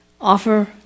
offer